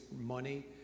money